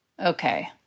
okay